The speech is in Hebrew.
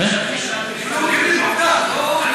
אבל הם לא מקבלים, הם לא מקבלים, זו עובדה.